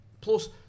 Plus